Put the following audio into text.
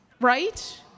right